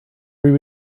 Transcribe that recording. three